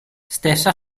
stessa